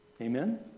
Amen